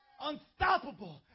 unstoppable